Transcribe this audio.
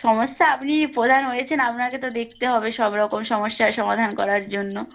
সমস্যা আপনি প্রধান হয়েছেন আপনাকে তো দেখতে হবে সবরকম সমস্যার সমাধান করার জন্য